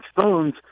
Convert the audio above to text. phones